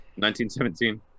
1917